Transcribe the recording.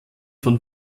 von